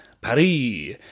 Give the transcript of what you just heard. Paris